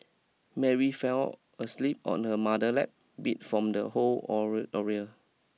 Mary fell asleep on her mother lap beat from the whole oral ordeal